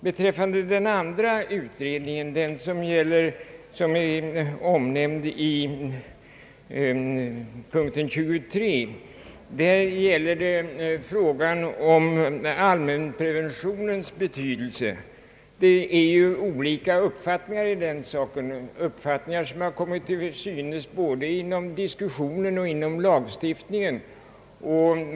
Beträffande ämnet för den andra utredningen, som är omnämnd i punkt 23 och som gäller frågan om allmänpreventionens betydelse, råder ju olika uppfattningar, vilket kommit till synes både inom diskussionen och inom lagstiftningen.